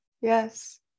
Yes